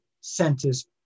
centers